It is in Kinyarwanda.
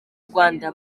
rwanda